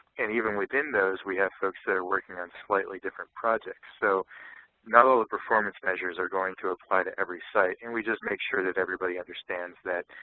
and even within those we have folks that are working on slightly different projects. so not all the performance measures are going to apply to every site, and we just make sure that everybody understands that,